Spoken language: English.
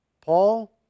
Paul